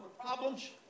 problems